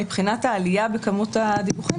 מבחינת העלייה בכמות הדיווחים,